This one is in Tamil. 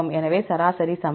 எனவே சராசரி சமம்